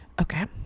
Okay